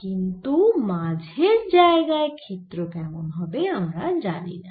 কিন্তু মাঝের জায়গায় ক্ষেত্র কেমন হবে আমরা জানিনা